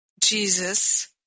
Jesus